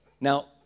Now